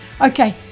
Okay